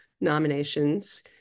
nominations